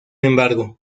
embargo